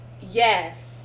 yes